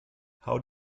how